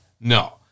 No